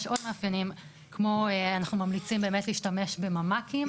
יש עוד מאפיינים כמו אנחנו ממליצים באמת להשתמש בממ"קים,